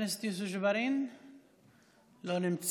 (אומר בערבית: אלוהים, התפלל על אדוננו מוחמד.)